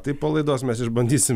tai po laidos mes išbandysime